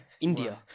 India